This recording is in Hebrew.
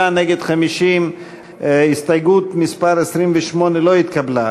בעד, 36, נגד, 50. הסתייגות מס' 28 לא התקבלה.